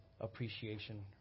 appreciation